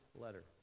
letter